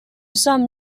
some